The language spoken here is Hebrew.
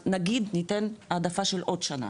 נגיד ניתן העדפה של עוד שנה,